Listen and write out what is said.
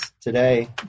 today